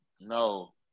No